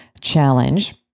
challenge